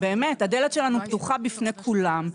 הדלת שלנו פתוחה בפני כולם.